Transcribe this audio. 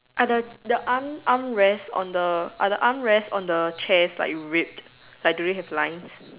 are the the arm arm rest on the on the arm rest on the chair like ripped like do they have lines